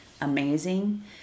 amazing